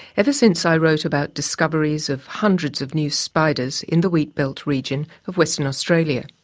ever since i wrote about discoveries of hundreds of new spiders in the wheatbelt region of western australia.